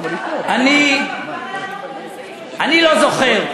אני לא זוכר,